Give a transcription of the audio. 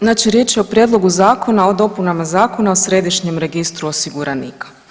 Znači riječ je o Prijedlogu zakona o dopunama Zakona o Središnjem registru osiguranika.